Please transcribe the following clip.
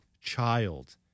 child